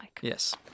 yes